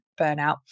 burnout